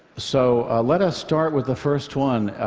so let us start with the first one.